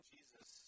Jesus